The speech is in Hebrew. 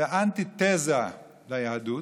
זה אנטי-תזה ליהדות.